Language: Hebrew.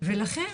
לכן